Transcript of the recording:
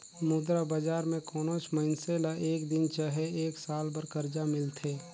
मुद्रा बजार में कोनोच मइनसे ल एक दिन चहे एक साल बर करजा मिलथे